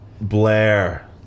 Blair